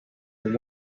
and